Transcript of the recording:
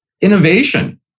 innovation